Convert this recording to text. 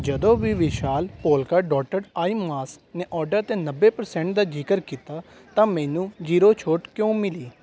ਜਦੋਂ ਬੀ Vishal polka dotted eye mask ਨੇ ਆਰਡਰ 'ਤੇ ਨੱਬੇ ਪਰਸੈਂਟ ਦਾ ਜ਼ਿਕਰ ਕੀਤਾ ਤਾਂ ਮੈਨੂੰ ਜੀਰੋ ਛੋਟ ਕਿਉਂ ਮਿਲੀ